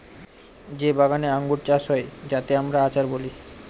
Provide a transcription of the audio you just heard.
যে বাগানে আঙ্গুর চাষ হয় যাতে আমরা আচার বলি